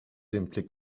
simply